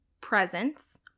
presence